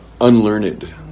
Unlearned